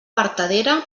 vertadera